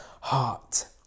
heart